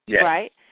right